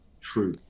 true